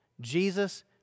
Jesus